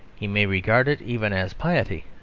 he may regard it even as piety,